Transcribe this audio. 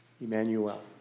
Emmanuel